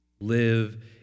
Live